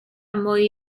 mwy